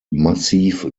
massiv